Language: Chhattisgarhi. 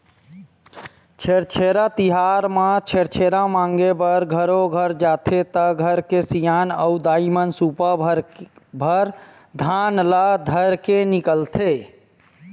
छेरछेरा तिहार म छेरछेरा मांगे बर घरो घर जाथे त घर के सियान अऊ दाईमन सुपा भर धान ल धरके निकलथे